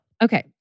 Okay